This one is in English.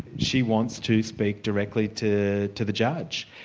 she wants to speak directly to to the judge.